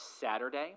Saturday